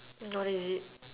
what is it